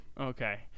Okay